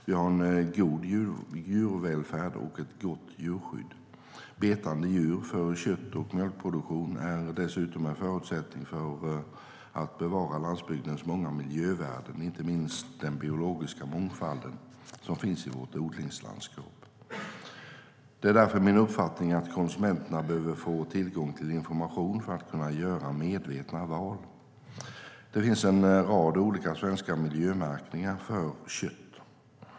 Vi har en god djurvälfärd och ett gott djurskydd. Betande djur för kött eller mjölkproduktion är dessutom en förutsättning för att bevara landsbygdens många miljövärden, inte minst den biologiska mångfald som finns i vårt odlingslandskap. Det är därför min uppfattning att konsumenterna behöver få tillgång till information för att kunna göra medvetna val. Det finns en rad olika svenska miljömärkningar för kött.